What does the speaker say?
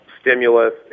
stimulus